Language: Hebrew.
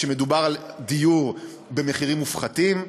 שמדובר על דיור במחירים מופחתים,